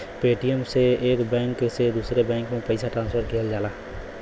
Paytm से एक bank से दूसरे बैंक में पइसा ट्रांसफर किहल जाला